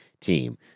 team